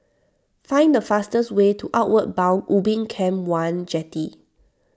find the fastest way to Outward Bound Ubin Camp one Jetty